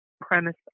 premise